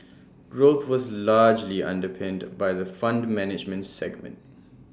growth was largely underpinned by the fund management segment